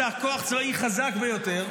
כוח צבאי חזק ביותר,